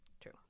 True